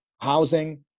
housing